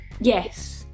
Yes